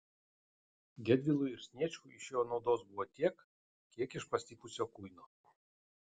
gedvilui ir sniečkui iš jo naudos buvo tiek kiek iš pastipusio kuino